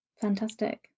Fantastic